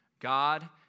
God